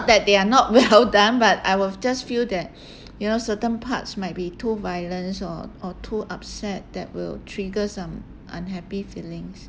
that they are not well done but I will just feel that you know certain parts might be too violence or or too upset that will trigger some unhappy feelings